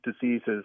diseases